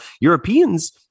Europeans